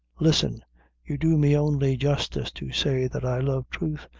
listen you do me only justice to say that i love truth,